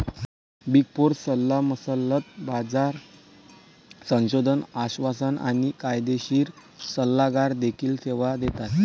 big four सल्लामसलत, बाजार संशोधन, आश्वासन आणि कायदेशीर सल्लागार देखील सेवा देतात